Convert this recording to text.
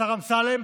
השר אמסלם,